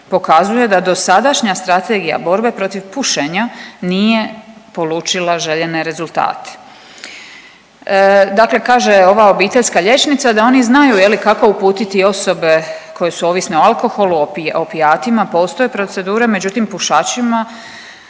pokazuje da dosadašnja Strategija borbe protiv pušenja nije polučila željene rezultate. Dakle, kaže ova obiteljska liječnika da oni znaju kako uputiti osobe koje su ovisne o alkoholu, opijatima postoje procedure međutim pušačima